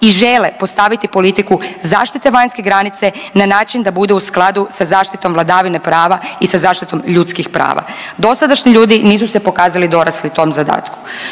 i žele postaviti politiku zaštite vanjske granice na način da bude u skladu sa zaštitom vladavine prava i sa zaštitom ljudskih prava. Dosadašnji ljudi nisu se pokazali dorasli tom zadatku.